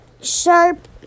sharp